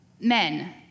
men